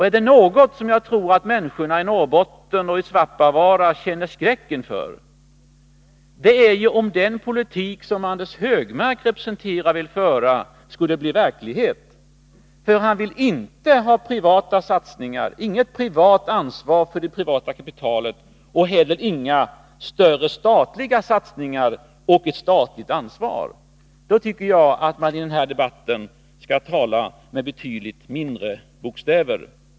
Är det något som jag tror att människor i Norrbotten och Svappavaara känner skräck inför, så är det om den politik som Anders Högmark representerar och vill föra skulle bli verklighet. Han vill ju inte ha några privata satsningar — inget ansvar för det privata kapitalet — och inte heller några större statliga satsningar och något statligt ansvar. Då tycker jag att man i den här debatten skall tala med betydligt mindre bokstäver.